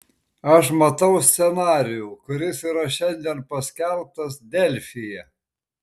aš matau scenarijų kuris yra šiandien paskelbtas delfyje